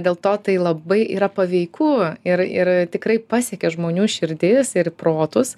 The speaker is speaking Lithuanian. dėl to tai labai yra paveiku ir ir tikrai pasiekia žmonių širdis ir protus